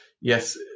yes